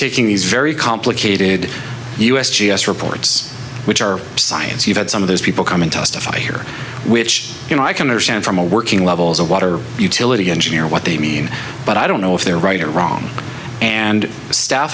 taking these very complicated u s g s reports which are science you've had some of those people come and testify here which you know i can understand from a working levels of water utility engineer what they mean but i don't know if they're right or wrong and staff